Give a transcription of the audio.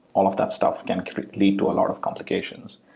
all of that stuff can can lead to a lot of complications.